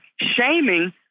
shaming